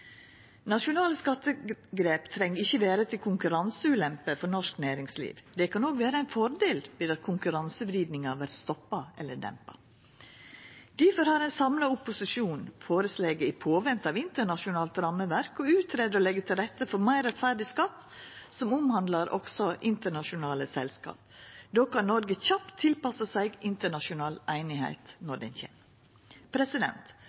skattegrep treng ikkje vera til konkurranseulempe for norsk næringsliv. Det kan òg vera ein fordel ved at konkurransevridinga vert stoppa eller dempa. Difor har ein samla opposisjon føreslege – i påvente av internasjonalt rammeverk – å greia ut å leggja til rette for meir rettferdig skatt som òg omhandlar internasjonale selskap. Då kan Noreg kjapt tilpassa seg internasjonal einigheit